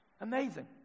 Amazing